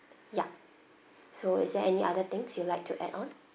ya so is there any other things you like to add-on